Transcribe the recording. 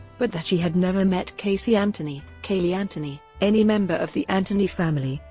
but that she had never met casey anthony, caylee anthony, any member of the anthony family,